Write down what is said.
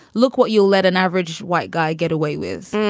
look what you'll let an average white guy get away with.